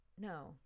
no